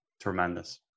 Tremendous